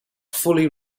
fully